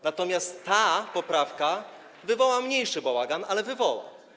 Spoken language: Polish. Natomiast ta poprawka wywoła mniejszy bałagan, ale wywoła.